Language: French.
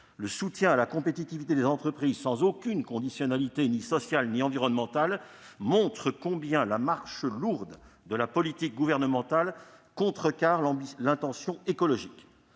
le soutien à la compétitivité des entreprises sans aucune conditionnalité, ni sociale ni environnementale, montre combien la marche lourde de la politique gouvernementale contrecarre l'intention écologique.